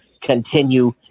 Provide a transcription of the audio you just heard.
continue